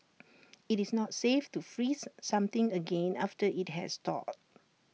IT is not safe to freeze something again after IT has thawed